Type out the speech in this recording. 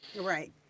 right